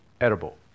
edible